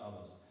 others